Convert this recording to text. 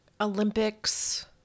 olympics